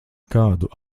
kādu